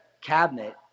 cabinet